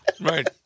Right